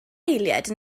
anifeiliaid